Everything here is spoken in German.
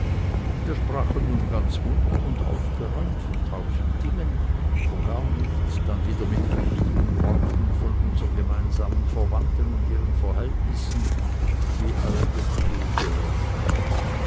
wir sprachen nun ganz munter und aufgeräumt von tausend dingen von gar nichts dann wieder mit wichtigen worten von unseren gemeinsamen verwandten und ihren verhältnissen wie alte kluge leute